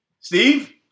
Steve